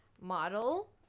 model